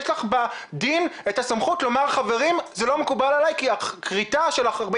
יש לך בדין את הסמכות 'חברים זה לא מקובל עלי כי כריתה של 45